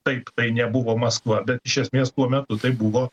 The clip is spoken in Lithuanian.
taip tai nebuvo maskva bet iš esmės tuo metu tai buvo